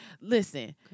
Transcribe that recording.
listen